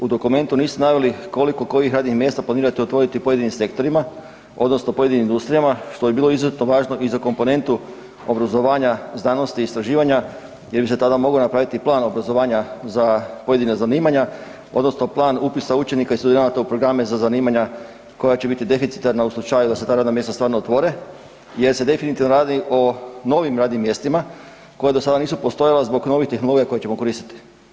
U dokumentu niste naveli koliko kojih radnih mjesta planirate otvoriti u pojedinim sektorima odnosno pojedinim industrijama što bi bilo izuzetno važno i za komponentu obrazovanja, znanosti i istraživanja jer bi se tada mogao napraviti plan obrazovanja za pojedina zanimanja odnosno plan upisa učenika i studenata u programe za zanimanja koja će biti deficitarna u slučaju da se ta radna mjesta stvarno otvore jer se definitivno radi o novim radnim mjestima koja do sada nisu postojala zbog novih tehnologija koje ćemo koristiti.